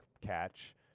catch